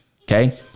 Okay